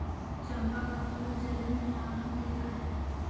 चंपा का फूल जलन में आराम देता है